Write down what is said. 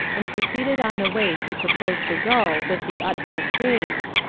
and proceeded on the way he proposed to go with the utmost haste,